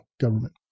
government